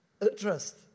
Interest